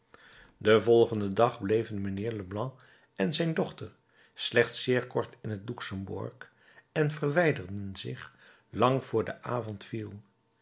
den volgenden dag bleven mijnheer leblanc en zijn dochter slechts zeer kort in het luxemburg en verwijderden zich lang vr de avond viel